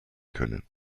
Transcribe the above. können